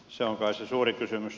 se on kai se suuri kysymys